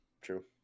True